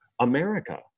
America